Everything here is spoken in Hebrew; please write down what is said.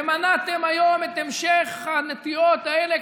ומנעתם היום את המשך הנטיעות האלה,